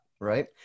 Right